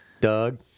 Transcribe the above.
Doug